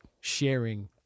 sharing